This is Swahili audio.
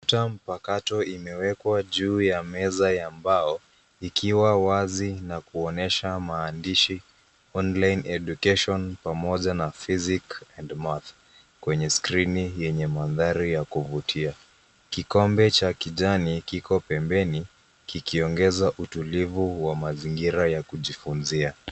Kompyuta mpakato imewekwa juu ya meza ya mbao ikiwa wazi na kuonyesha maandishi Online Education pamoja na physic and math kwenye skrini yenye mandhari ya kuvutia. Kikombe cha kijani kiko pembeni kikiongeza utulivu wa mazingira ya kujifunzia.